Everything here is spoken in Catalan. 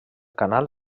canal